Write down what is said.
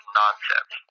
nonsense